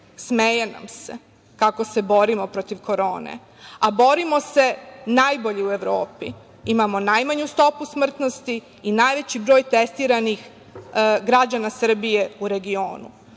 smeje nam se kako se borimo protiv korone, a borimo se najbolje u Evropi, imamo najmanju stopu smrtnosti i najveći broj testiranih građana Srbije u regionu. Ono